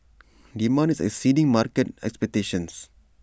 demand is exceeding market expectations